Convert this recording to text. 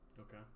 Okay